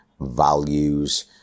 values